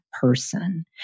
person